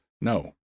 No